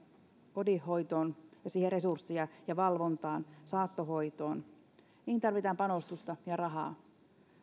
kodinhoitoon ja siihen resurssiin ja valvontaan saattohoitoon niihin tarvitaan panostusta ja rahaa